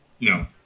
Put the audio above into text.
No